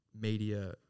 media